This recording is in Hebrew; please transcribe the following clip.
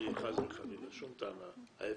אין לי חס וחלילה שום טענה, ההיפך.